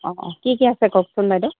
অ' কি কি আছে কওকচোন বাইদেউ